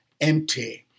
empty